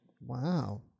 Wow